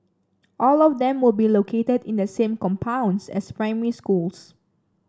all of them will be located in the same compounds as primary schools